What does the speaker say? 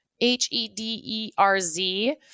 H-E-D-E-R-Z